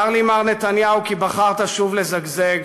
צר לי, מר נתניהו, כי בחרת שוב לזגזג.